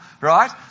right